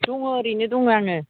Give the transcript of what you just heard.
दङ ओरैनो दं आङो